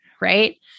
Right